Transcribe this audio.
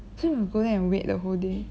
so must go there and wait the whole day